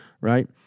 right